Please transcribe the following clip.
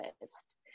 best